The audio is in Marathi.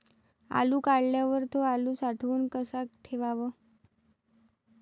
आलू काढल्यावर थो आलू साठवून कसा ठेवाव?